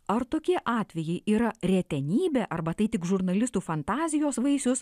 ar tokie atvejai yra retenybė arba tai tik žurnalistų fantazijos vaisius